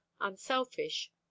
unselfish